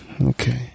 okay